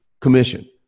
commission